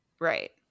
right